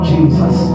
Jesus